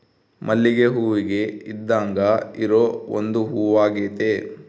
ಮಲ್ಲಿಗೆ ಹೂವಿಗೆ ಇದ್ದಾಂಗ ಇರೊ ಒಂದು ಹೂವಾಗೆತೆ